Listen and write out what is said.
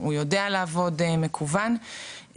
הוא יודע לעבוד מקוון,